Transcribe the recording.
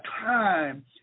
time